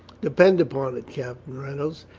depend upon it, captain reynolds,